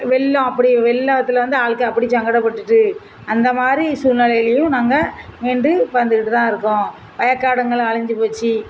வெள்ளம் அப்படி வெள்ளத்தில் வந்து ஆட்க அப்படி சங்கடப்பட்டுட்டு அந்த மாதிரி சூழ்நிலையிலையும் நாங்கள் மீண்டும் வந்துக்கிட்டு தான் இருக்கோம் வயக்காடுங்கள்லாம் சூழ்நெலையிலையும் போய்ச்சி